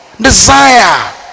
Desire